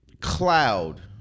Cloud